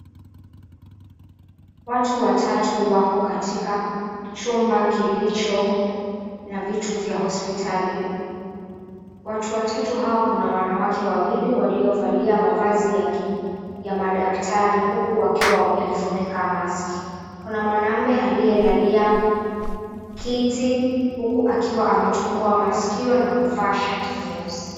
Watu watatu wako katika chumba kilicho na vitu vya hospitali. Watu watatu hao, kuna wanawake wawili waliovalia mavazi ya madaktari huku wakiwa wamejifunika mask . Kuna mwanaume aliyelalia kiti huku akiwa ametoboa masikio na kuvaa shati nyeusi.